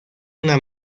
una